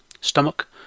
Stomach